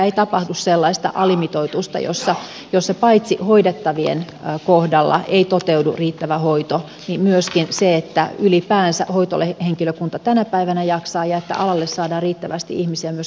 ei saa tapahtua sellaista alimitoitusta jossa hoidettavien kohdalla ei toteudu riittävä hoito mutta samalla on huolehdittava että ylipäänsä hoitohenkilökunta tänä päivänä jaksaa ja että alalle saadaan riittävästi ihmisiä myöskin tulevaisuudessa